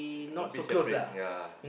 a bit separate yea